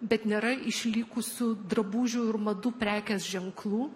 bet nėra išlikusių drabužių ir madų prekės ženklų